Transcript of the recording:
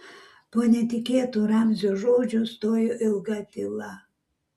po netikėtų ramzio žodžių stojo ilga tyla